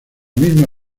misma